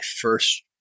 first